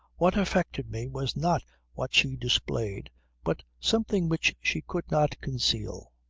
what affected me was not what she displayed but something which she could not conceal.